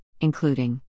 including